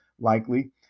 likely